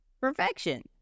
perfection